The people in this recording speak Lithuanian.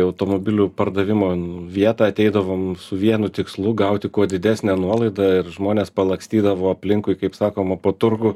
automobilių pardavimo vietą ateidavom su vienu tikslu gauti kuo didesnę nuolaidą ir žmonės palakstydavo aplinkui kaip sakoma po turgų